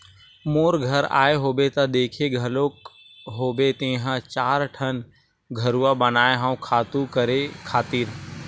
मोर घर आए होबे त देखे घलोक होबे तेंहा चार ठन घुरूवा बनाए हव खातू करे खातिर